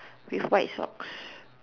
with white socks